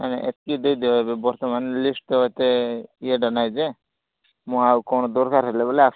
ନାଇଁ ନାଇଁ ଏତିକି ଦେଇଦିଅ ଏବେ ବର୍ତ୍ତମାନ୍ ଲିଷ୍ଟ୍ ତ ଏତେ ଇଏଟା ନାହିଁ ଯେ ମୁଁ ଆଉ କ'ଣ ଦରକାର ହେଲେ ବୋଲେ ଆସିଛି